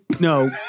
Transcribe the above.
No